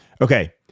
Okay